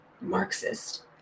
Marxist